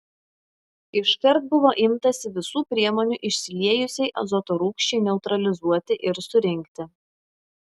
iškart buvo imtasi visų priemonių išsiliejusiai azoto rūgščiai neutralizuoti ir surinkti